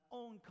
own